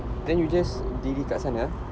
then you just diri kat sana ah